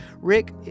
Rick